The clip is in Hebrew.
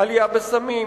לעלייה בצריכת סמים,